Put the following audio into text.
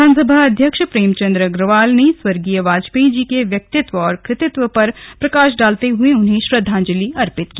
विधानसभा अध्यक्ष प्रेमचंद अग्रवाल ने स्वर्गीय वाजपेयी जी के व्यक्तित्व और कृतित्व पर प्रकाश डालते हए उन्हें श्रद्वांजलि अर्पित की